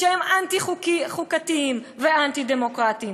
שהם אנטי-חוקתיים ואנטי-דמוקרטיים,